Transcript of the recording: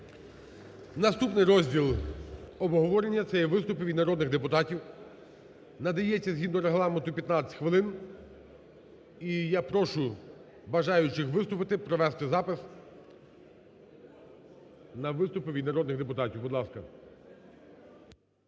Наступний розділ обговорення це є виступи від народних депутатів. Надається, згідно Регламенту, 15 хвилин і я прошу бажаючих виступити, провести запис на виступи від народних депутатів, будь ласка.